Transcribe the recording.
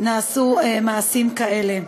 נעשו מעשים כאלה,